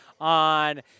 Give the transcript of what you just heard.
on